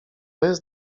jest